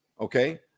Okay